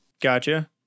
Gotcha